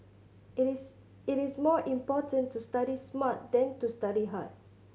it is it is more important to study smart than to study hard